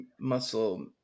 muscle